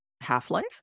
Half-Life